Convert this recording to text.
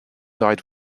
died